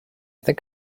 think